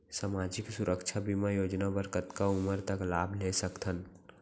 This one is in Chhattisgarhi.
सामाजिक सुरक्षा बीमा योजना बर कतका उमर तक लाभ ले सकथन?